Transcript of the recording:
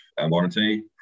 warranty